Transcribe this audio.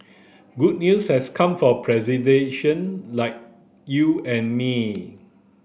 good news has come for pedestrian like you and me